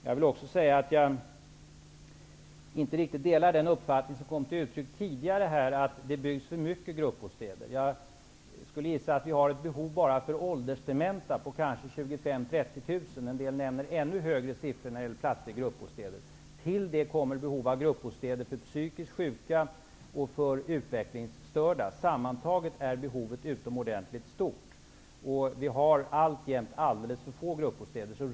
Jag delar inte riktigt den uppfattning som tidigare kom till uttryck om att det byggs för mycket gruppbostäder. Jag skulle gissa att vi har ett behov enbart för åldersdementa på kanske 25 000--30 000. En del nämner ännu högre siffror när det gäller platser i gruppbostäder. Till detta kommer behov av gruppbostäder för psykiskt sjuka och för utvecklingsstörda. Sammantaget är behovet utomordentligt stort. Vi har alltjämt alldeles för få gruppbostäder.